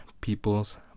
people's